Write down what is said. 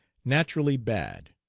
naturally bad